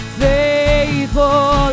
faithful